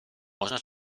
można